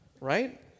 right